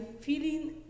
feeling